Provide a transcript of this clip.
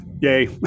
Yay